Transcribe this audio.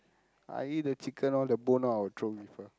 I eat the chicken all the bone I will throw give her